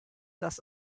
das